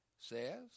Says